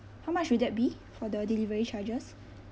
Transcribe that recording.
how much will that be for the delivery charges